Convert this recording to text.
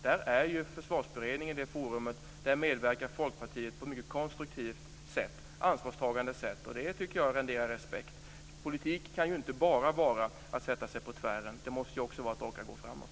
Där är Försvarsberedningen forumet, och där medverkar Folkpartiet på ett mycket konstruktivt och ansvarstagande sätt. Det tycker jag renderar respekt. Politik kan inte bara vara att sätta sig på tvären. Det måste också vara att orka gå framåt.